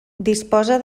disposa